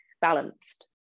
balanced